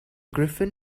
griffin